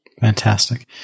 Fantastic